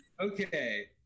Okay